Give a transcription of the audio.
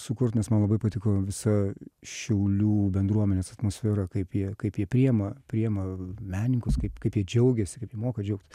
sukurt nes man labai patiko visa šiaulių bendruomenės atmosfera kaip jie kaip jie priėma priėma menininkus kaip kaip jie džiaugiasi kaip jie moka džiaugtis